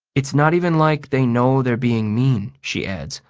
it's not even like they know they're being mean, she adds.